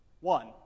one